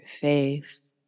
Face